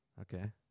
Okay